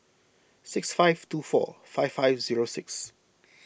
six five two four five five zero six